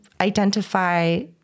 identify